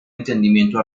entendimiento